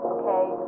okay